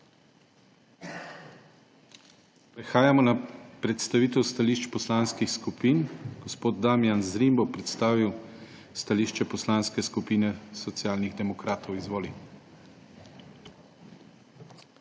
Prehajamo na predstavitev stališč poslanskih skupin. Gospod Damijan Zrim bo predstavil stališče Poslanske skupine Socialnih demokratov. Izvolite.